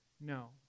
no